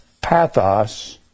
pathos